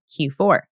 Q4